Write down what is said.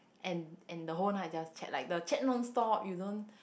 and and the whole night just chat like the chat non stop you don't